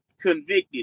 convicted